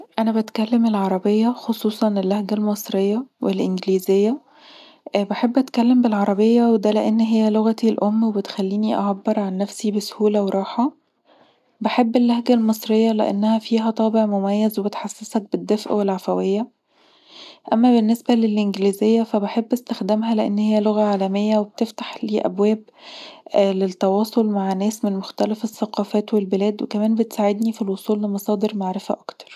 أنا بتكلم العربية، خصوصًا باللهجة المصرية، والإنجليزية، بحب أتكلم بالعربيه وده لأن عي لغتي الأم وبتخليني أعبر عن نفسي بسهولة وراحة. بحب اللهجة المصرية لأنها فيها طابع مميز وبتحسسك بالدفء والعفوية. اما بالنسبة للإنجليزيه بحب أستخدمها لأنها لغة عالمية، وبتفتح لي أبواب للتواصل مع ناس من مختلف الثقافات والبلاد. وكمان بتساعدني في الوصول لمصادر معرفة أكتر